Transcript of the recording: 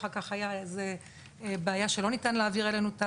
אחר כך הייתה איזו בעיה שלא היה אפשר להעביר אלינו את